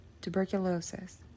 tuberculosis